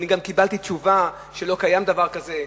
ואני גם קיבלתי תשובה שלא קיים דבר כזה,